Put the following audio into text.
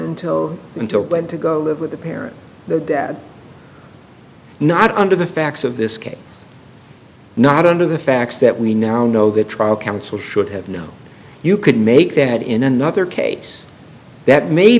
until until then to go live with the parents their dad not under the facts of this case not under the facts that we now know the trial counsel should have known you could make that in another case that may